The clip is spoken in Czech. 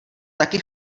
taky